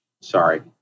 Sorry